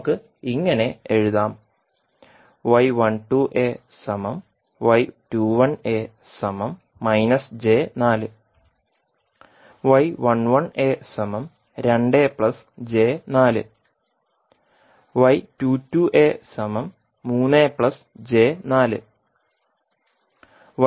നമുക്ക് ഇങ്ങനെ എഴുതാം